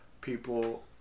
people